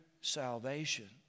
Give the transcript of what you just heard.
salvation